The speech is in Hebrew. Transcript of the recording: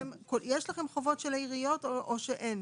יש לכם חובות של העיריות או שאין